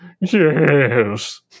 Yes